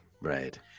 Right